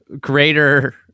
greater